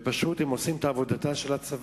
והם פשוט עושים את עבודת הצבא.